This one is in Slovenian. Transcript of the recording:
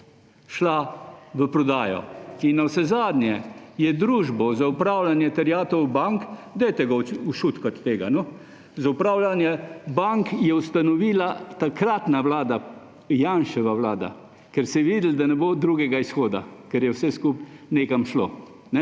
šla v prodajo. In navsezadnje je Družbo za upravljanje terjatev bank – dajte ga ušutkati, tega – Družbo za upravljanje bank je ustanovila takratna vlada, Janševa vlada, ker se je vedelo, da ne bo drugega izhoda, ker je vse skupaj nekam šlo.